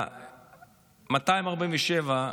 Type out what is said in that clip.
247,